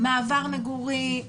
מעבר מגורים?